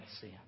sin